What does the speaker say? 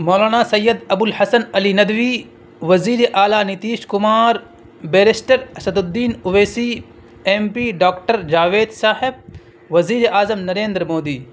مولانا سید ابو الحسن علی ندوی وزیرِ اعلیٰ Nitish Kumar barrister Asaduddin Owaisi M P doctor Javed صاحب وزیرِ اعظم نریندر مودی